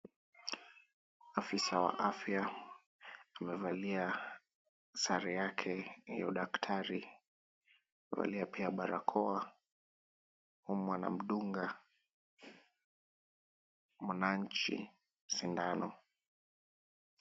Afisa wa afya amevalia sare yake ya udaktari, amevalia pia barakoa, humu anamdunga mwananchi sindano.